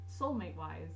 soulmate-wise